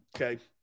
Okay